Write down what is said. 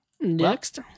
Next